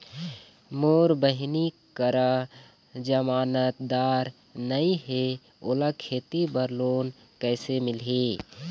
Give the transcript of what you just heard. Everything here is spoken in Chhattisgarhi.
मोर बहिनी करा जमानतदार नई हे, ओला खेती बर लोन कइसे मिलही?